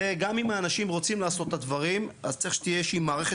זה גם אם אנשים רוצים לעשות את הדברים אז צריך שתהיה איזושהי מערכת